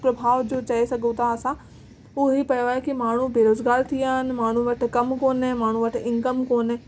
प्रभाव जो चए सघूं था असां उहो हीउ पियो आहे की माण्हू बेरोज़गार थी विया आहिनि माण्हू वटि कमु कोन्हे माण्हू वटि इनकम कोन्हे